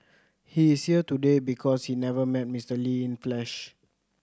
he is here today because he never met Mister Lee in flesh